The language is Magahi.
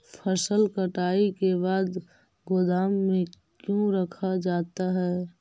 फसल कटाई के बाद गोदाम में क्यों रखा जाता है?